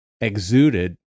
exuded